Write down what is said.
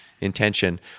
intention